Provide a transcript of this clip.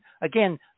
Again